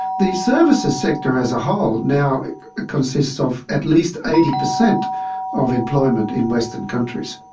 the services sector as a whole now consists of at least eighty per cent of employment in western countries.